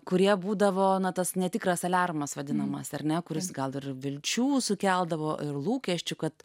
kurie būdavo na tas netikras aliarmas vadinamas ar ne kuris gal dar vilčių sukeldavo ir lūkesčių kad